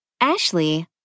Ashley